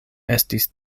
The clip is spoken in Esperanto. estis